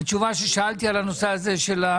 התשובה לשאלה ששאלתי על נושא המשמרות?